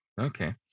Okay